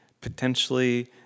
potentially